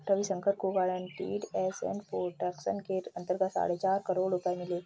रविशंकर को guaranteed asset protection के अंतर्गत साढ़े चार करोड़ रुपये मिले